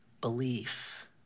belief